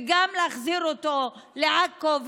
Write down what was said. וגם להחזיר אותו לעכו,